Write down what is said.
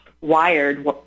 wired